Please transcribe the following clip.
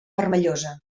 vermellosa